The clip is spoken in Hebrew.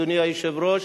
אדוני היושב-ראש,